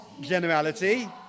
generality